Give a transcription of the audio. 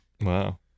Wow